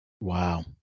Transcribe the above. Wow